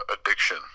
addiction